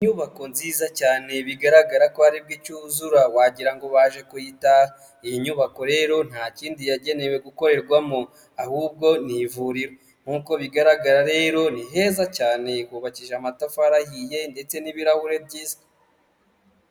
Inyubako nziza cyane bigaragara ko aribwo icyuzura wagirango ngo baje kuyitaha. Iyi nyubako rero nta kindi yagenewe gukorerwamo ahubwo n'ivuriro. Nkuko bigaragara rero ni heza cyane hubakije amatafari ahiye ndetse n'ibirahure byiza.